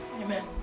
amen